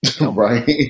Right